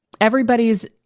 everybody's